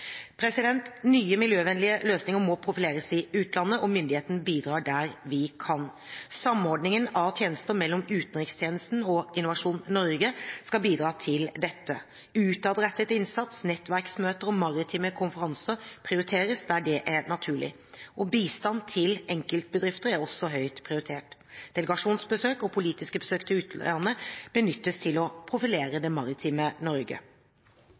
Nye miljøvennlige løsninger må profileres i utlandet, og myndighetene bidrar der de kan. Samordningen av tjenester mellom utenrikstjenesten og Innovasjon Norge skal bidra til dette. Utadrettet innsats, nettverksmøter og maritime konferanser prioriteres, der det er naturlig. Bistand til enkeltbedrifter er også høyt prioritert. Delegasjonsbesøk og politiske besøk til utlandet benyttes til å profilere det maritime Norge.